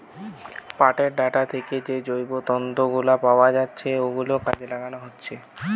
পাটের ডাঁটা থিকে যে জৈব তন্তু গুলো পাওয়া যাচ্ছে ওগুলো কাজে লাগানো হচ্ছে